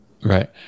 Right